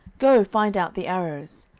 go, find out the arrows.